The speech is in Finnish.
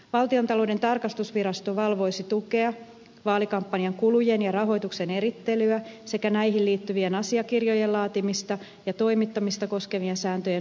valtiontalouden tarkastusvirasto valvoisi tukea vaalikampanjan kulujen ja rahoituksen erittelyä sekä näihin liittyvien asiakirjojen laatimista ja toimittamista koskevien sääntöjen noudattamista